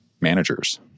managers